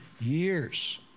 years